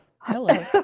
Hello